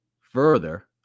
further